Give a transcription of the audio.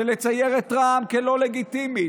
של לצייר את רע"מ כלא לגיטימית.